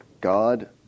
God